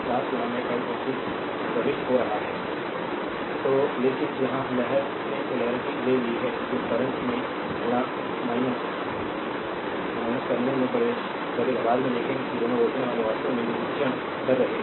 slide time देखें 0159 तो लेकिन यहां लहर ने पोलेरिटी ले ली है जो करंट में the टर्मिनल में प्रवेश करेगा बाद में देखेंगे कि दोनों रोकनेवाला वास्तव में निरीक्षण कर रहे हैं